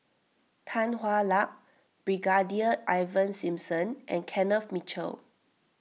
Tan Hwa Luck Brigadier Ivan Simson and Kenneth Mitchell